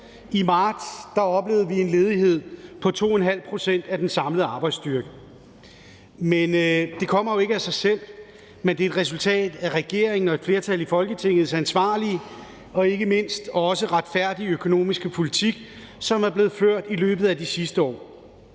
I marts oplevede vi en ledighed på 2½ pct. af den samlede arbejdsstyrke. Det kommer jo ikke af sig selv, men er et resultat af regeringen og et flertal i Folketingets ansvarlige og ikke mindst også retfærdige økonomiske politik, som er blevet ført i løbet af de sidste år.